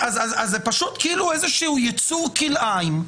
זה איזשהו יצור כלאיים,